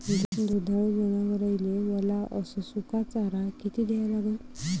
दुधाळू जनावराइले वला अस सुका चारा किती द्या लागन?